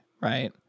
Right